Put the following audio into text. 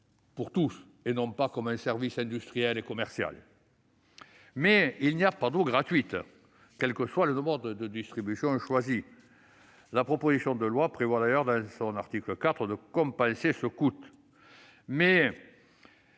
pour tous, et non comme un service industriel et commercial. Il n'empêche qu'il n'y a pas d'eau gratuite, quel que soit le mode de distribution choisi. La proposition de loi prévoit d'ailleurs, à son article 4, de compenser ce coût.